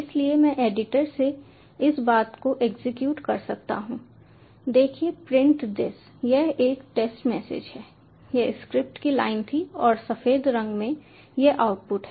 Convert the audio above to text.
इसलिए मैं एडिटर से इस बात को एग्जीक्यूट कर सकता हूं देखिए प्रिंट दिस यह एक टेस्ट मैसेज है यह स्क्रिप्ट की लाइन थी और सफेद रंग में यह आउटपुट है